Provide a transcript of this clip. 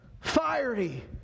fiery